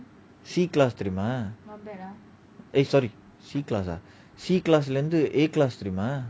C class தெரியுமா:teriyuma eh sorry C class லந்து:lanthu a class தெரியுமா:teriyuma